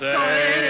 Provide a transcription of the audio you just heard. Say